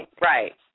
Right